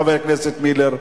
חבר הכנסת מילר,